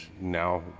now